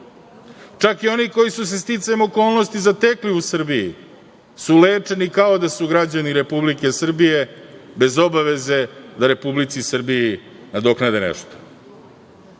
Čak i oni koji su se sticajem okolnosti zatekli u Srbiji su lečeni kao da su građani Republike Srbije, bez obaveze da Republici Srbiji nadoknade nešto. Ovo